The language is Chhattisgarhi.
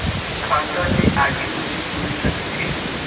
खाता से आगे कुछु मिल सकथे?